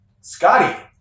Scotty